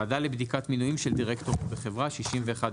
"ועדה לבדיקת מינויים של דירקטורים בחברה61א.